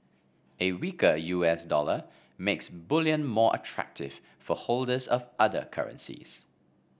a weaker U S dollar makes bullion more attractive for holders of other currencies